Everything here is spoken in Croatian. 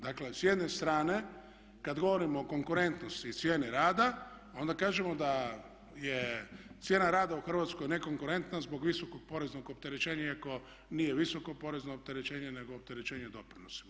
Dakle, s jedne strane kada govorimo o konkurentnosti cijene rada, onda kažemo da je cijena rada u Hrvatskoj nekonkurentna zbog visokog poreznog opterećenja iako nije visoko porezno opterećenje nego opterećenje doprinosima.